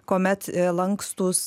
kuomet a lankstūs